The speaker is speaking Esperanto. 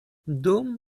dum